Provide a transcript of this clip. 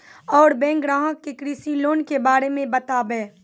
और बैंक ग्राहक के कृषि लोन के बारे मे बातेबे?